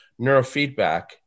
Neurofeedback